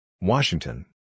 Washington